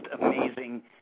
amazing